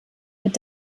mit